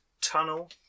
tunnel